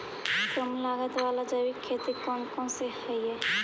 कम लागत वाला जैविक खेती कौन कौन से हईय्य?